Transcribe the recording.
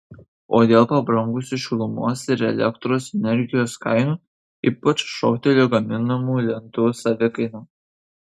o dėl pabrangusių šilumos ir elektros energijos kainų ypač šoktelėjo gaminamų lentų savikaina